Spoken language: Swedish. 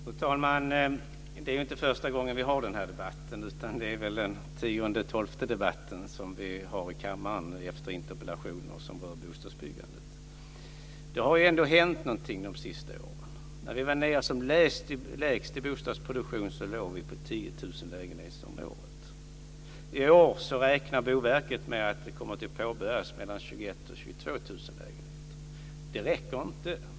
Fru talman! Det är ju inte första gången som vi för den här debatten, utan den är väl den tionde eller tolfte interpellationsdebatten som vi har här i kammaren som rör bostadsbyggandet. Det har ändå hänt någonting under de senaste åren. När bostadsproduktionen var som lägst låg den på 10 000 lägenheter om året. I år räknar Boverket med att det kommer att påbörjas mellan 21 000 och 22 000 lägenheter. Det räcker inte.